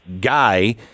guy